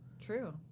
true